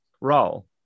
role